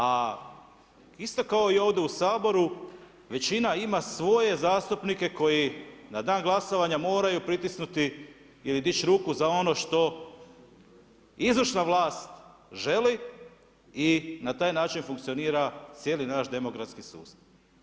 A isto kao i ovdje u Saboru većina ima svoje zastupnike koji na dan glasovanja moraju pritisnuti ili dići ruku za ono što izvršna vlast želi i na taj način funkcionira cijeli naš demokratski sustav.